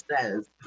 says